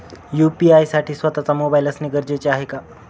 UPI साठी स्वत:चा mobile असणे गरजेचे आहे का?